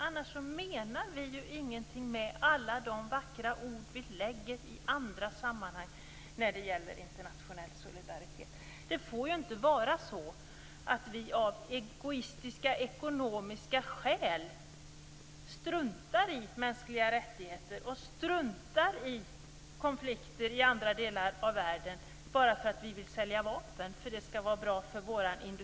Annars menar vi ju ingenting med alla de vackra ord vi säger i andra sammanhang när det gäller internationell solidaritet. Det får inte vara så att vi i Sverige av egoistiska och ekonomiska skäl - för att vi vill sälja vapen och för att det skall gå bra för svensk industri - struntar i mänskliga rättigheter och struntar i konflikter i andra delar av världen.